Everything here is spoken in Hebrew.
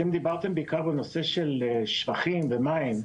אתם דיברתם בעיקר על נושא של שפכים ומים.